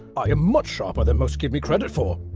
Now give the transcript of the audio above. i am much sharper than most give me credit for.